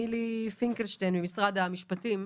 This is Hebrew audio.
נילי פינקלשטיין ממשרד המשפטים,